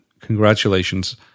congratulations